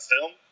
film